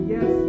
Yes